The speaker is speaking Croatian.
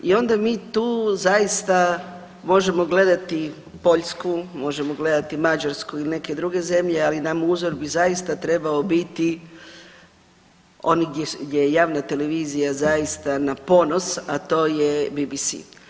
I ona mi tu zaista možemo gledati Poljsku, možemo gledati Mađarsku ili neke druge zemlje, ali nam uzor zaista bi trebao biti oni gdje je javna televizija zaista na ponos, a to je BBC.